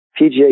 PGA